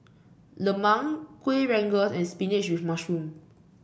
lemang Kueh Rengas and spinach with mushroom